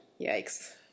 Yikes